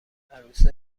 عروس